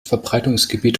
verbreitungsgebiet